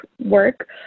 work